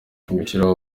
gushyiraho